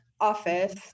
office